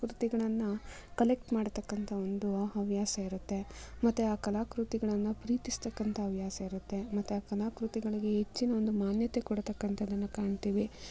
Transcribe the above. ಕೃತಿಗಳನ್ನು ಕಲ್ಲೆಕ್ಟ್ ಮಾಡ್ತಕ್ಕಂಥ ಒಂದು ಆ ಹವ್ಯಾಸ ಇರುತ್ತೆ ಮತ್ತೆ ಆ ಕಲಾಕೃತಿಗಳನ್ನು ಪ್ರೀತಿಸ್ತಕ್ಕಂಥ ಹವ್ಯಾಸ ಇರುತ್ತೆ ಮತ್ತು ಆ ಕಲಾಕೃತಿಗಳಿಗೆ ಹೆಚ್ಚಿನ ಒಂದು ಮಾನ್ಯತೆ ಕೊಡ್ತಕ್ಕಂಥದನ್ನು ಕಾಣ್ತೀವಿ